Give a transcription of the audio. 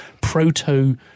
proto